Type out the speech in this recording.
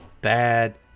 bad